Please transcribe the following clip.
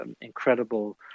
incredible